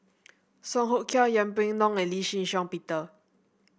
Song Hoot Kiam Yeng Pway Ngon and Lee Shih Shiong Peter